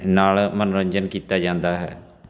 ਨਾਲ ਮਨੋਰੰਜਨ ਕੀਤਾ ਜਾਂਦਾ ਹੈ